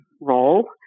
role